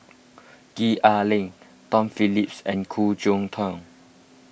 Gwee Ah Leng Tom Phillips and Khoo Cheng Tiong